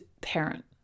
parent